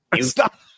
Stop